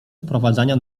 wprowadzania